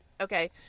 Okay